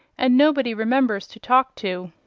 and nobody remembers to talk to.